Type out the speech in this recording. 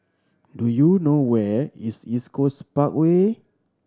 do you know where is East Coast Parkway